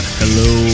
hello